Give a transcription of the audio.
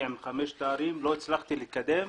אני עם חמישה תארים ולא הצלחתי לקדם